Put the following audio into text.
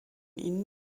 ihnen